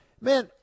man